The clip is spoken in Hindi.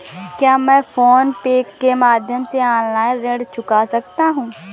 क्या मैं फोन पे के माध्यम से ऑनलाइन ऋण चुका सकता हूँ?